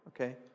okay